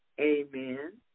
Amen